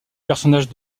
personnage